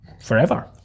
forever